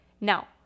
Now